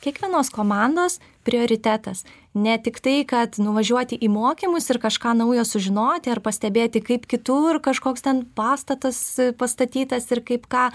kiekvienos komandos prioritetas ne tiktai kad nuvažiuoti į mokymus ir kažką naujo sužinoti ar pastebėti kaip kitur kažkoks ten pastatas pastatytas ir kaip ką